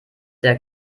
der